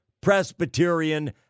Presbyterian